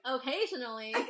Occasionally